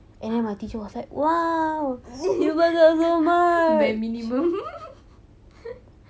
!wah! my minimum